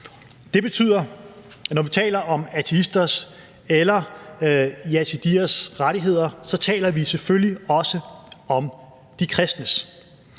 Det betyder, at når vi taler om ateisters eller yazidiers rettigheder, taler vi selvfølgelig også om de kristnes.